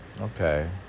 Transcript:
Okay